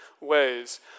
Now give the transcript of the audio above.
ways